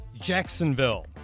Jacksonville